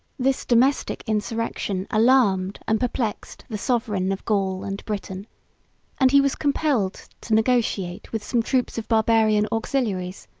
this domestic insurrection alarmed and perplexed the sovereign of gaul and britain and he was compelled to negotiate with some troops of barbarian auxiliaries,